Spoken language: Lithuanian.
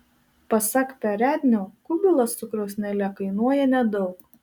pasak perednio kubilas su krosnele kainuoja nedaug